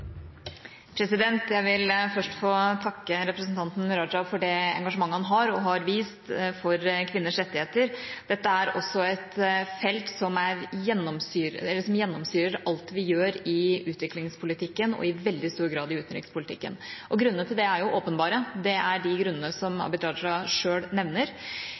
Jeg vil først få takke representanten Abid Q. Raja for det engasjementet han har og har vist for kvinners rettigheter. Dette er et felt som gjennomsyrer alt vi gjør i utviklingspolitikken – og i veldig stor grad i utenrikspolitikken. Grunnene til det er åpenbare, det er de grunnene som Abid Q. Raja selv nevner.